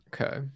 Okay